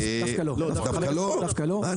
דווקא לא, א'